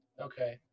Okay